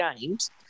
games